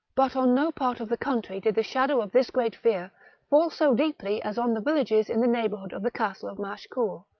but on no part of the country did the shadow of this great fear fall so deeply as on the villages in the neighbourhood of the castle of machecoul,